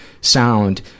sound